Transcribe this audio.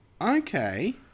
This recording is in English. Okay